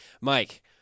Mike